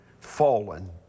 fallen